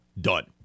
done